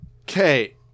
Okay